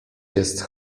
jest